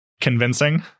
convincing